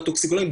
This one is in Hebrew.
הטוקסיקולוגים,